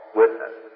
witness